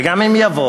וגם אם יבואו,